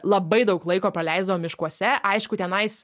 labai daug laiko praleisdavom miškuose aišku tenais